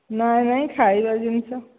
ନାଇଁ ନାଇଁ ଖାଇବା ଜିନିଷ